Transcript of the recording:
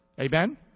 amen